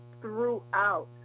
throughout